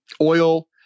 Oil